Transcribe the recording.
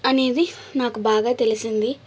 అనేది నాకు బాగా తెలిసింది